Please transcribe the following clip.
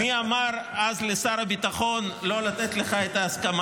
מי אמר אז לשר הביטחון לא לתת לך את ההסכמה?